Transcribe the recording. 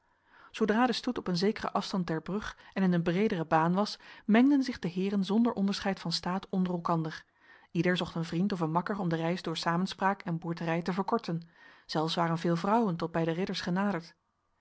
zodra de stoet op een zekere afstand der brug en in een bredere baan was mengden zich de heren zonder onderscheid van staat onder elkander ieder zocht een vriend of een makker om de reis door samenspraak en boerterij te verkorten zelfs waren veel vrouwen tot bij de ridders genaderd